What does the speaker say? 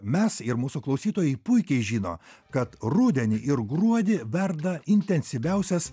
mes ir mūsų klausytojai puikiai žino kad rudenį ir gruodį verda intensyviausias